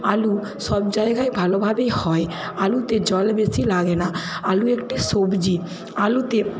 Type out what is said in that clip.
আলু সব জায়গায় ভালোভাবেই হয় আলুতে জল বেশী লাগে না আলু একটা সবজি আলুতে